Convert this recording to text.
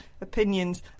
opinions